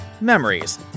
Memories